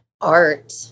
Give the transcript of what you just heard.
art